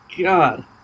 god